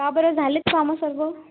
का बरं झालेत कामं सर्व